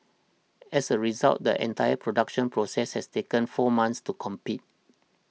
as a result the entire production process has taken four months to compete